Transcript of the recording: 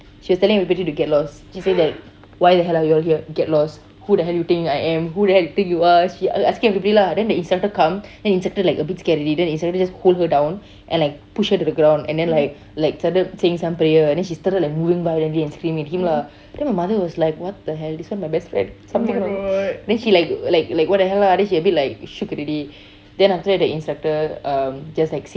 she was telling everybody to get lost she said that why the hell are you all here get lost who the hell you think I am who the hell you think you are she asking everybody lah then the instructor come then instructor like a bit scared already then the instructor just pull her down and like push her to the ground and then like like started saying some prayer then she started moving violently and screaming at him lah then my mother was like what the hell this one my best friend something wrong then she like like like what the hell lah then she a bit like shook already then after that the instructor um just like